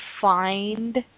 find